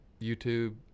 youtube